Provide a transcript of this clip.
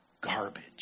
garbage